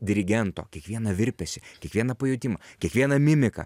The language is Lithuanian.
dirigento kiekvieną virpesį kiekvieną pajutimą kiekvieną mimiką